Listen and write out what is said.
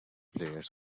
players